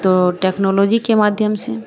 तो टेक्नोलॉजी के माध्यम से